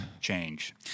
change